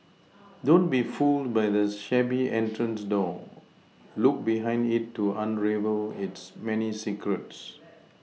don't be fooled by the shabby entrance door look behind it to unravel its many secrets